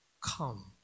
come